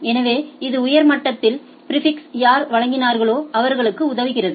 எனவே இது உயர் மட்டத்தில் பிாிஃபிக்ஸ்களை யார் வழங்கினார்களோ அவர்களுக்கு உதவுகிறது